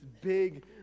big